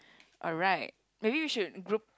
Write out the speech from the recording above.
alright maybe we should group